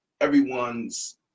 everyone's